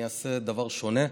אני אעשה דבר שונה.